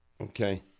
Okay